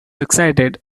excited